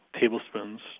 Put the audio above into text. tablespoons